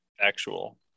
Actual